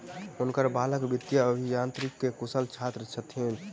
हुनकर बालक वित्तीय अभियांत्रिकी के कुशल छात्र छथि